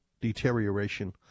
deterioration